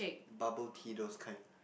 bubble tea those kind